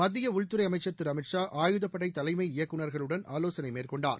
மத்திய உள்துறை அமைச்ச் திரு அமித்ஷா ஆயுதப்படை தலைமை இயக்குநர்களுடன் ஆவோனை மேற்கொண்டார்